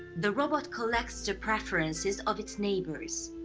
the robot corrects to preferences of its neighbors.